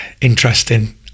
interesting